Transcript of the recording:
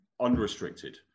unrestricted